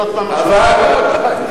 אחר כך.